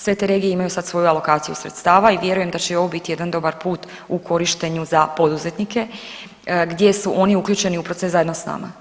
Sve te regije imaju sad svoju alokaciju sredstava i vjerujem da će i ovo biti jedan dobar put u korištenju za poduzetnike, gdje su oni uključeni u proces zajedno sa nama.